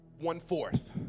one-fourth